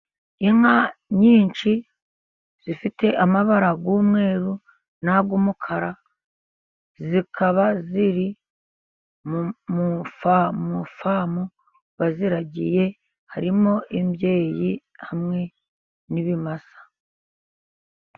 Inka nyinshi zifite amabara y'umweru n'ay'umukara, zikaba ziri mu ifamu baziragiye, harimo imbyeyi ndetse n'ibimasa.